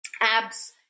abs